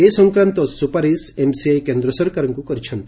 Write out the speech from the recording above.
ଏ ସଂକ୍ରାନ୍ଡ ସ୍ବପାରିଶ ଏମ୍ସିଆଇ କେନ୍ଦ ସରକାରଙ୍କୁ କରିଛନ୍ତି